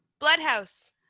Bloodhouse